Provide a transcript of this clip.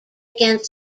against